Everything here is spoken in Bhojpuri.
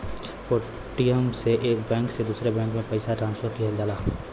पेटीएम से एक बैंक से दूसरे बैंक में पइसा ट्रांसफर किहल जाला